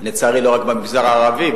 לצערי לא רק במגזר הערבי,